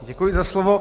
Děkuji za slovo.